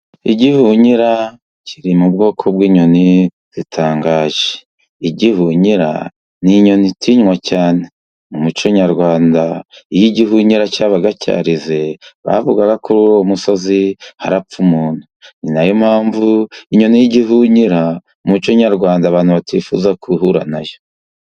Igihunyira kiri mu bwoko bw'inyoni zitangaje. Igihunyira ni inyoni itinywa cyane. Mu muco nyarwanda iyo igihunyira cyabaga cyarize, bavugaga ko kuri uwo musozi harapfa umuntu. Ni na yo mpamvu inyoni y'igihunyira, mu muco nyarwanda abantu batifuza guhura na yo.